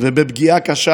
ובפגיעה קשה